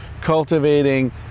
cultivating